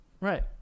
Right